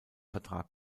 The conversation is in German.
vertrag